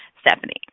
Stephanie